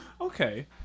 Okay